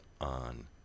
on